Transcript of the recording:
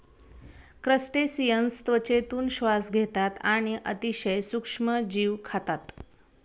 crustaceans त्वचेतून श्वास घेतात आणि अतिशय सूक्ष्म जीव खातात